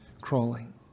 crawling